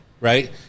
Right